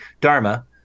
Dharma